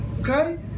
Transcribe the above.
okay